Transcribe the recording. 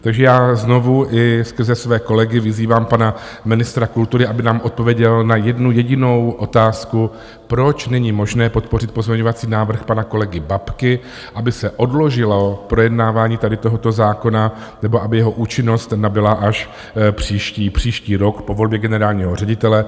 Takže já znovu i skrze své kolegy vyzývám pana ministra kultury, aby nám odpověděl na jednu jedinou otázku: Proč není možné podpořit pozměňovací návrh pana kolegy Babky, aby se odložilo projednávání tohoto zákona, nebo aby jeho účinnost nabyla až příští rok po volbě generálního ředitele?